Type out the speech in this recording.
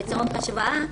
לצורך השוואה,